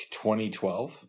2012